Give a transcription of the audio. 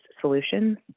solutions